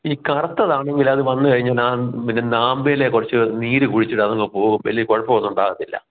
ഈ കറുതാണെങ്കിൽ അത് വന്നു കഴിഞ്ഞാൽ അ പിന്നെ നാമ്പിലെ കുറച്ച് നീര് കുടിച്ചിട്ട് അത് അങ്ങ് പോകും വലിയ കുഴപ്പമൊന്നും ഉണ്ടാകത്തില്ല